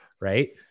Right